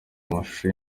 amashusho